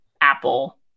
Apple